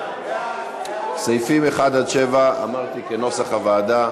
סעיפים 1 7, כנוסח הוועדה.